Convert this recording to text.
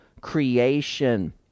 creation